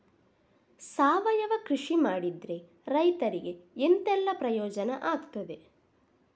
ಸಾವಯವ ಕೃಷಿ ಮಾಡಿದ್ರೆ ರೈತರಿಗೆ ಎಂತೆಲ್ಲ ಪ್ರಯೋಜನ ಆಗ್ತದೆ?